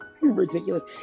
ridiculous